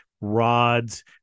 rods